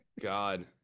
god